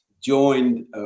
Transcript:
joined